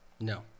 No